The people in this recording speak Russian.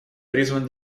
призван